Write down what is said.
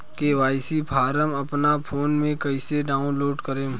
KYC form अपना phone मे कइसे डाऊनलोड करेम?